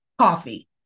coffee